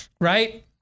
Right